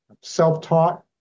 self-taught